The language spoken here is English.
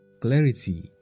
Clarity